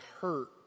hurt